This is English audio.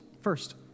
First